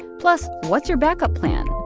plus, what's your backup plan?